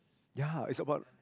ya it's about